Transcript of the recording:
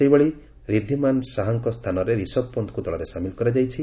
ସେହିଭଳି ଋଦ୍ଧିମାନ ଶାହାଙ୍କ ସ୍ଥାନରେ ରିଶବ ପନ୍ଥଙ୍କୁ ଦଳରେ ସାମିଲ୍ କରାଯାଇଛି